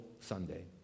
Sunday